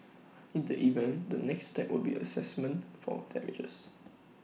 in that event the next step will be A Assessment for damages